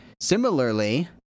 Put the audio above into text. Similarly